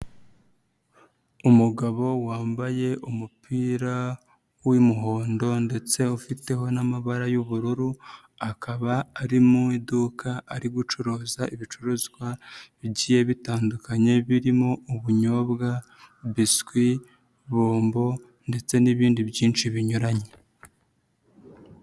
Umugabo wambaye umupira w'umuhondo ndetse ufiteho n'amabara y'ubururu, akaba ari mu iduka ari gucuruza ibicuruzwa bigiye bitandukanye birimo: ubunyobwa, biswi, bombo ndetse n'ibindi byinshi binyuranye.